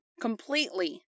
completely